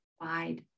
wide